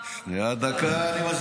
ועדת